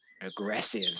aggressive